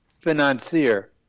financier